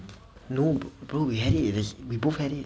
like no bro we had it it's we both had it